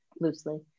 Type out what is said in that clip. loosely